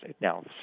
now